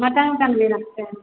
mutton ओटन भी रखते हैं